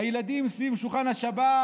"הילדים סביב שולחן השבת,